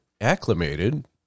acclimated